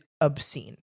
obscene